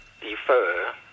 defer